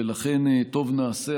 ולכן טוב נעשה,